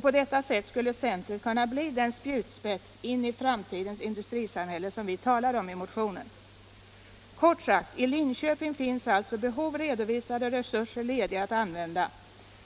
På detta sätt skulle centret kunna bli den spjutspets in i framtidens industrisamhälle som vi talar om i motionen. Näringspolitiken Näringspolitiken Kort sagt: I Linköping finns alltså behov redovisade och resurser lediga att använda.